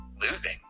losing